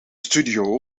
studio